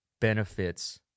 benefits